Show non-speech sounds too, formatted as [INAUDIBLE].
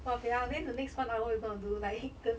!wahpiang! then the next one hour we are going to do like [NOISE]